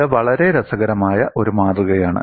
ഇത് വളരെ രസകരമായ ഒരു മാതൃകയാണ്